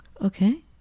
Okay